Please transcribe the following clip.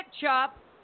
Chop